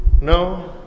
No